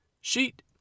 sheet